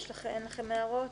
אין לכם הערות?